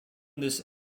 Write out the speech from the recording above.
this